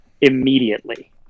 immediately